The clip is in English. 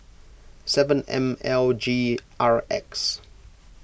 seven M L G R X